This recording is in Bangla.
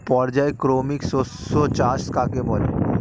পর্যায়ক্রমিক শস্য চাষ কাকে বলে?